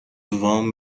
وام